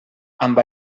amb